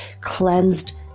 cleansed